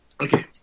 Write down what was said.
Okay